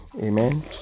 Amen